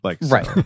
Right